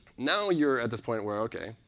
now you're at this point where, ok,